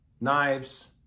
knives